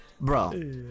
bro